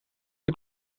een